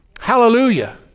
Hallelujah